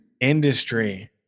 Industry